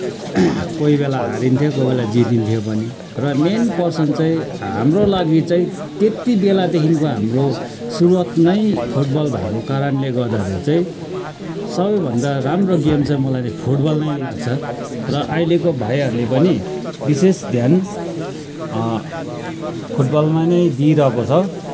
कोही बेला हारिन्थ्यो कोही बेला जितिन्थ्यो पनि र मेन पर्सन चाहिँ हाम्रो लागि चाहिँ त्यत्ति बेलादेखिन्को हाम्रो सुरुवात नै फुटबल भएको कारणले गर्दाखेरि चाहिँ सबैभन्दा राम्रो गेम चाहिँ मलाई चाहिँ फुटबल नै लाग्छ र अहिलेको भाइहरूले पनि विशेष ध्यान फुटबलमा नै दिइरहेको छ